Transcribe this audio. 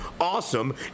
awesome